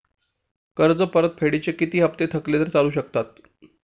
कर्ज परतफेडीचे किती हप्ते थकले तर चालू शकतात?